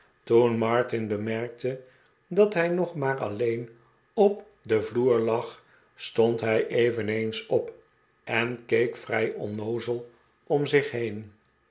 toen martin bemerkte dat hij nog maar alleen op den vloer lag stond hij eveneens op en keek vrij onnoozel om zich heen